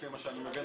לפי מה שאני מבין,